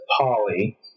Polly